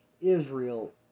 Israel